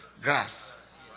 grass